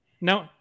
No